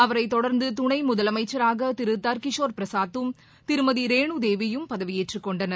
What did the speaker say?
அவரைத் தொடர்ந்து துணை முதலமைச்சராக திரு தர்கிஷோர் பிரசாத்தும் திருமதி ரேனுதேவியும் பதவி ஏற்றுக் கொண்டனர்